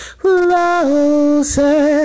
closer